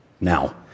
Now